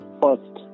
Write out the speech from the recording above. first